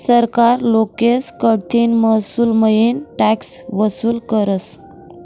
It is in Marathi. सरकार लोकेस कडतीन महसूलमईन टॅक्स वसूल करस